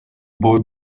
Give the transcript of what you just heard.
boy